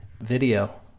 video